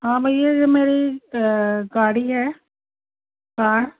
हाँ भैया यह मेरी गाड़ी है कार